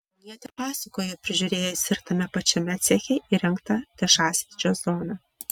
kaunietė pasakojo prižiūrėjusi ir tame pačiame ceche įrengtą dažasvydžio zoną